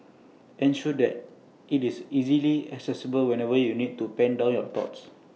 ensure that IT is easily accessible whenever you need to pen down your thoughts